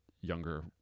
younger